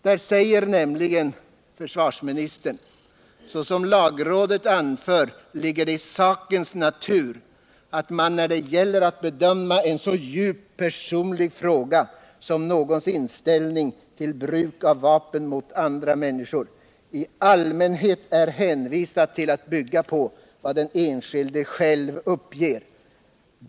Försvarsministern säger nämligen: ”Så som lagrådet anför ligger det i sakens natur att man, när det gäller att bedöma en så djupt personlig fråga som någons inställning till bruk av vapen mot andra människor, i allmänhet är hänvisad till att bygga på vad den enskilde själv uppger.